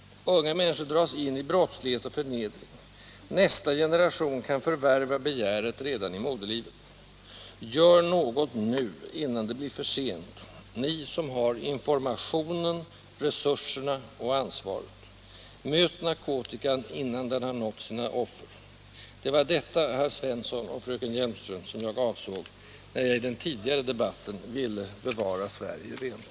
Unga människor dras in i brottslighet och förnedring. Nästa generation kan förvärva begäret redan i moderlivet. Gör något, nu, innan det blir försent, ni som har informationen, resurserna —- och ansvaret! Möt narkotikan innan den har nått sitt offer. Det var detta, herr Svensson och fröken Hjelmström, som jag avsåg när jag i den tidigare debatten ville bevara Sverige rent.